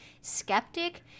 skeptic